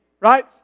right